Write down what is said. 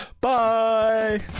Bye